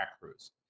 crews